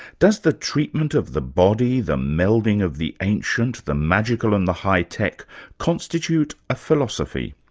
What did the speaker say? does the treatment of the body, the melding of the ancient, the magical and the high-tech constitute a philosophy?